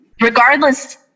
regardless